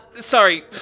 Sorry